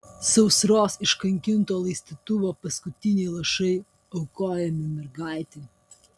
sausros iškankinto laistytuvo paskutiniai lašai aukojami mergaitei